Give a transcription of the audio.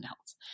else